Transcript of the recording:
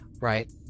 right